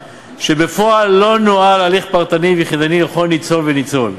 שבפועל לא נוהל הליך פרטני ויחידני לכל ניצול וניצול,